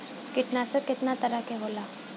कीटनाशक केतना तरह के होला?